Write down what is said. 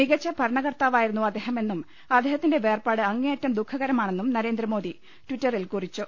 മികച്ച ഭരണകർത്താവായിരുന്നു അദ്ദേഹമെന്നും അദ്ദേ ഹത്തിന്റെ വേർപാട് അങ്ങേയറ്റം ദുഖകരമാണെന്നും നരേന്ദ്രമോദി ട്വിറ്റ റിൽ കുറിച്ചു